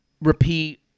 repeat